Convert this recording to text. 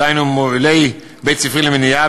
דהיינו מוביל בית-ספרי למניעה.